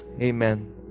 Amen